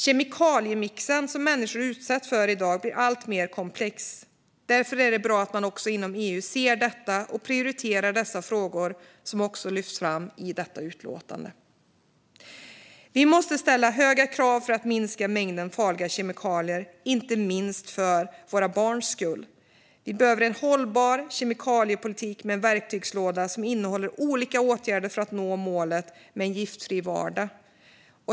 Kemikaliemixen som människor utsätts för i dag blir alltmer komplex. Därför är det bra att man också inom EU ser detta och prioriterar dessa frågor, som också lyfts fram i detta utlåtande. Vi måste ställa höga krav för att minska mängden farliga kemikalier, inte minst för våra barns skull. Vi behöver en hållbar kemikaliepolitik med en verktygslåda som innehåller olika åtgärder för att nå målet med en giftfri vardag.